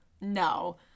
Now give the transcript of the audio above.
no